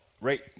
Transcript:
right